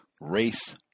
Race